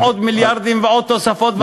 עוד מיליארדים ועוד תוספות,